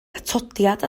atodiad